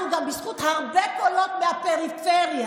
הזו גם בזכות הרבה קולות מהפריפריה.